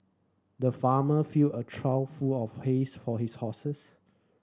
the farmer filled a trough full of hays for his horses